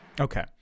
Okay